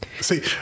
See